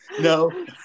no